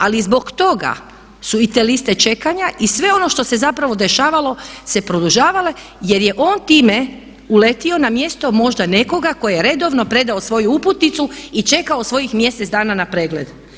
Ali zbog toga su i te liste čekanja i sve ono što se zapravo dešavalo se produžavale jer je on time uletio na mjesto možda nekoga tko je redovno predao svoju uputnicu i čekao svojih mjesec dana na pregled.